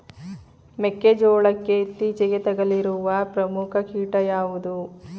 ಮೆಕ್ಕೆ ಜೋಳಕ್ಕೆ ಇತ್ತೀಚೆಗೆ ತಗುಲಿರುವ ಪ್ರಮುಖ ಕೀಟ ಯಾವುದು?